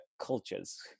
cultures